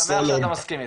אני שמח שאתה מסכים איתי.